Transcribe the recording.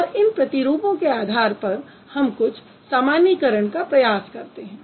और इन प्रतिरूपों के आधार पर हम कुछ सामान्यीकरण का प्रयास करते हैं